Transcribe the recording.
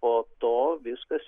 po to viskas